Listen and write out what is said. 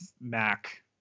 Mac